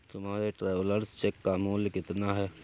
तुम्हारे travellers cheque का मूल्य कितना है?